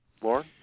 Lauren